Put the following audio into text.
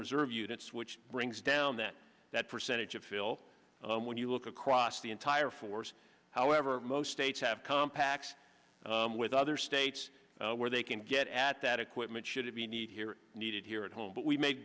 reserve units which brings down that that percentage of phil when you look across the entire force however most states have compacts with other it's where they can get at that equipment should it be need here needed here at home but we've made